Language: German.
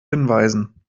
hinweisen